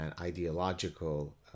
ideological